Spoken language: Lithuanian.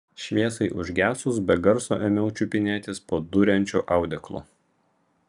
šviesai užgesus be garso ėmiau čiupinėtis po duriančiu audeklu